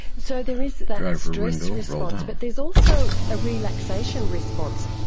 so there is that stress response but there's also a relaxation response.